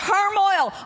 Turmoil